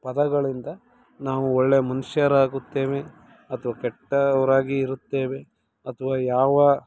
ಪದಗಳಿಂದ ನಾವು ಒಳ್ಳೆಯ ಮನುಷ್ಯರಾಗುತ್ತೇವೆ ಅಥವಾ ಕೆಟ್ಟವರಾಗಿ ಇರುತ್ತೇವೆ ಅಥವಾ ಯಾವ